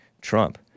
Trump